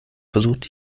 versucht